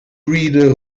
reader